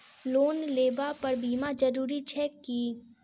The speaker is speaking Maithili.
लोन लेबऽ पर बीमा जरूरी छैक की?